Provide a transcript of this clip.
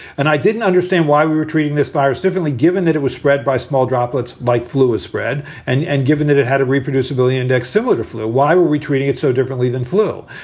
and i didn't understand why we were treating this virus differently, given that it was spread by small droplets like fluid spread. and and given that it had a reproducibility index similar to flu, why were retreating it so differently than flu?